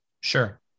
Sure